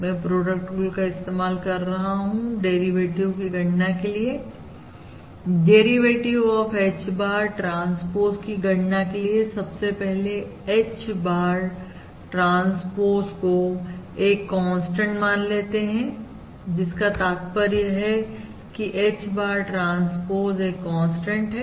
मैं product rule का इस्तेमाल कर रहा हूं डेरिवेटिव की गणना के लिए derivative of H bar transpose की गणना के लिए सबसे पहले H bar ट्रांसपोज को एक कांस्टेंट मान लेते हैंजिसका तात्पर्य है कि H bar ट्रांसपोज एक कांस्टेंट है